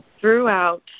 throughout